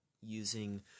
using